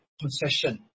concession